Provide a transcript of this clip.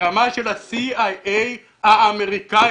ברמה של ה-CIA האמריקאי.